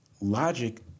Logic